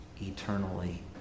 eternally